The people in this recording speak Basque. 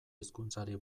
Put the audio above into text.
hizkuntzari